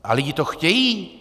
A lidi to chtějí.